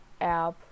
app